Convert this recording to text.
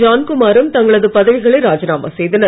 ஜான்குமாரும் தங்களது பதவிகளை ராஜினாமா செய்தனர்